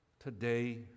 today